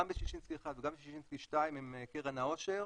גם בששינסקי 1 וגם בששינסקי 2 הם קרן העושר